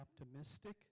optimistic